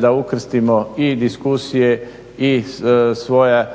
da ukrstimo i diskusije i svoja